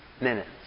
minutes